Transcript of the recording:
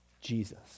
Jesus